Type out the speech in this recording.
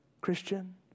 Christian